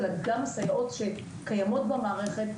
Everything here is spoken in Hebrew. אלא גם סייעות שקיימות במערכת,